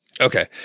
Okay